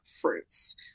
fruits